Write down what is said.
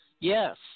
Yes